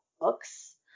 books